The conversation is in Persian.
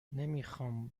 نمیخوام